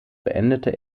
beendete